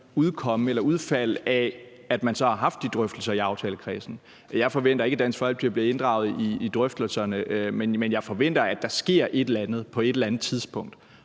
udfald af, at man så har haft de drøftelser i aftalekredsen. Jeg forventer ikke, at Dansk Folkeparti bliver inddraget i drøftelserne, men jeg forventer, at der sker et eller andet på et eller andet tidspunkt,